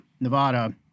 Nevada